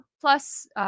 plus